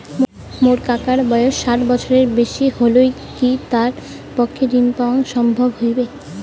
মোর কাকার বয়স ষাট বছরের বেশি হলই কি তার পক্ষে ঋণ পাওয়াং সম্ভব হবি?